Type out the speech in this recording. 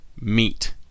meet